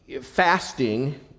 fasting